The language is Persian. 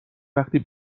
وقتی